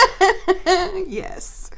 Yes